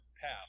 path